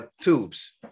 tubes